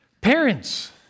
Parents